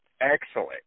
excellent